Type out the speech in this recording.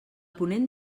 ponent